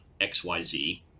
xyz